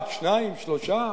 אחד, שניים, שלושה?